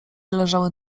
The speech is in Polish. leżały